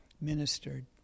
ministered